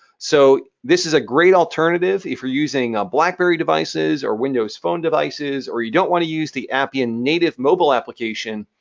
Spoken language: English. so this is a great alternative if you're using ah blackberry devices or windows phone devices, or you don't wanna use the appian native mobile application.